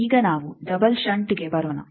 ಈಗ ನಾವು ಡಬಲ್ ಷಂಟ್ಗೆ ಬರೋಣ